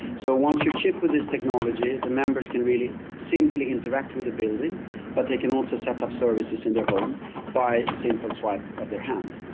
so once you are chipped with this technology the members can really simply interact with a building but they can also set up services in their home by a simple swipe of their hand.